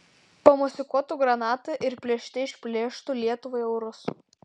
pamosikuotų granata ir plėšte išplėštų lietuvai eurus